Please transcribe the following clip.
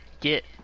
get